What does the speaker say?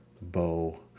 bow